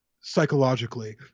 psychologically